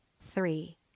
three